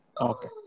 Okay